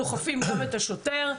דוחפים גם את השוטר.